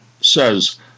says